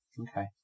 Okay